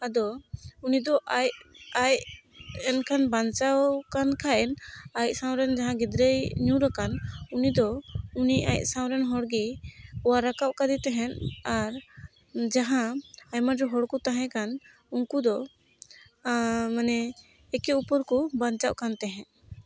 ᱫᱚ ᱩᱱᱤ ᱫᱚ ᱟᱡ ᱮᱱᱠᱷᱟᱡ ᱵᱟᱧᱪᱟᱣ ᱠᱟᱱ ᱠᱷᱟᱡ ᱟᱡ ᱥᱟᱶᱨᱮ ᱡᱟᱦᱟᱸᱭ ᱜᱤᱫᱽᱨᱟᱹᱭ ᱧᱩᱨ ᱟᱠᱟᱱ ᱩᱱᱤᱫᱚ ᱩᱱᱤ ᱟᱡ ᱥᱟᱶ ᱨᱮᱱ ᱦᱚᱲ ᱜᱮᱭ ᱚᱣᱟᱨ ᱨᱟᱠᱟᱵ ᱠᱟᱫᱮ ᱛᱟᱦᱮᱸᱫ ᱟᱨ ᱡᱟᱦᱟᱸ ᱟᱭᱢᱟ ᱰᱷᱮᱨ ᱦᱚᱲ ᱠᱚ ᱛᱟᱦᱮᱸ ᱠᱟᱱ ᱩᱱᱠᱩ ᱫᱚ ᱢᱟᱱᱮ ᱮᱠᱮ ᱚᱯᱚᱨ ᱠᱚ ᱵᱟᱧᱪᱟᱜ ᱠᱟᱱ ᱛᱟᱦᱮᱸᱫ